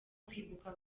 kwibuka